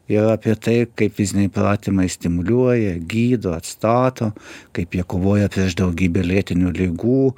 jau apie tai kaip fiziniai pratimai stimuliuoja gydo atstato kaip jie kovoja prieš daugybę lėtinių ligų